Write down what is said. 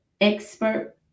expert